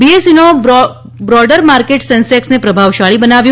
બીએસઈના broader માર્કેટે સેન્સેક્સને પ્રભાવશાળી બનાવ્યું